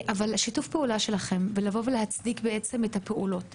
אבל שיתוף הפעולה שלכם להצדיק את הפעולות,